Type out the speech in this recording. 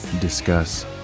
discuss